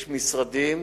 יש משרדים,